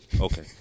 Okay